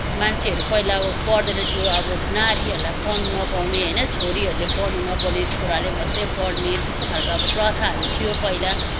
मान्छेहरू पहिला अब पढ्दैन थियो अब नारीहरूलाई पढ्न नपाउने होइन छोरीहरूले पढ्नु नपाउने छोराले मात्रै पढ्ने त्यस्तो खालको अब प्रथाहरू थियो पहिला